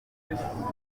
ndumva